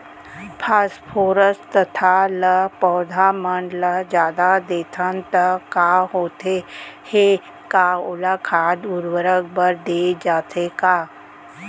Phosphorus तथा ल पौधा मन ल जादा देथन त का होथे हे, का ओला खाद उर्वरक बर दे जाथे का?